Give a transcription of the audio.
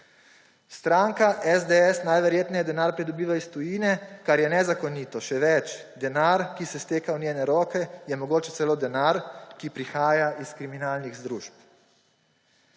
Stranka SDS najverjetneje denar pridobiva iz tujine, kar je nezakonito, še več, denar ki se izteka v njene roke, je mogoče celo denar, ki prihaja iz kriminalnih združb.«